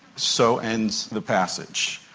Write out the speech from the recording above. so ends the passage.